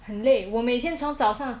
很累我每天从早上